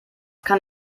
kann